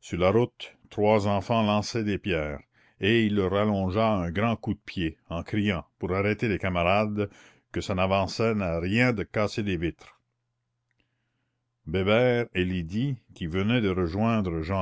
sur la route trois enfants lançaient des pierres et il leur allongea un grand coup de pied en criant pour arrêter les camarades que ça n'avançait à rien de casser des vitres bébert et lydie qui venaient de rejoindre